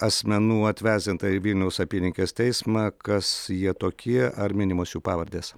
asmenų atvesdinta į vilniaus apylinkės teismą kas jie tokie ar minimos jų pavardės